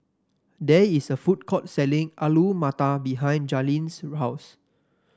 there is a food court selling Alu Matar behind Jalynn's house